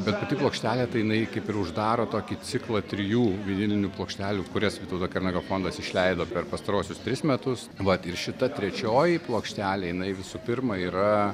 bet pati plokštelė tai jinai kaip ir uždaro tokį ciklą trijų vinilinių plokštelių kurias vytauto kernagio fondas išleido per pastaruosius tris metus vat ir šita trečioji plokštelė jinai visų pirma yra